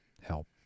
help